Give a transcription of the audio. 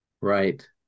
Right